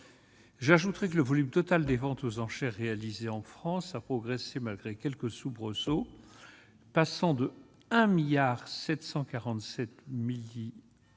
J'ajouterai que le volume total des ventes aux enchères réalisée en France a progressé malgré quelques soubresauts, passant de 1 milliard